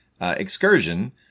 excursion